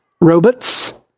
robots